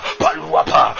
paluapa